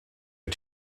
wyt